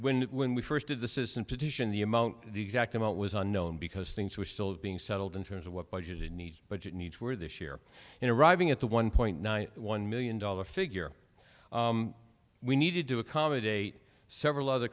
when when we first did the system petition the amount the exact amount was unknown because things were still being settled in terms of what budget in need budget needs were this year in arriving at the one point nine one million dollar figure we needed to accommodate several other